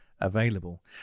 available